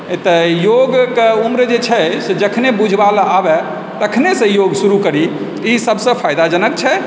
तऽ योगके उमर जे छै जखने बुझबामे आबै तखनेसँ योग शुरू करी ई सबसे फायदाजनक छै